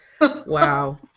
wow